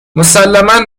مسلما